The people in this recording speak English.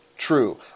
true